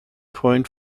point